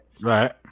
Right